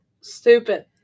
stupid